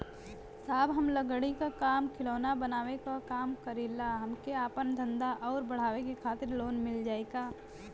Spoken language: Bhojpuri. साहब हम लंगड़ी क खिलौना बनावे क काम करी ला हमके आपन धंधा अउर बढ़ावे के खातिर लोन मिल जाई का?